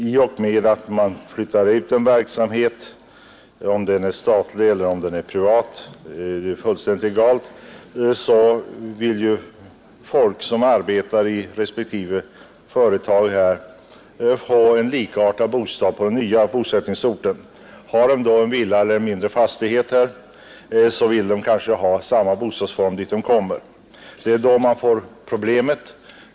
I och med att man flyttar ut en verksamhet, om den är statlig eller om den är privat är fullständigt egalt, vill folk som arbetar i respektive företag få en likartad bostad på den nya bosättningsorten. Har man en villa eller mindre fastighet vill man kanske ha samma bostadsform på den nya orten. Det är då man får problem.